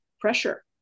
pressure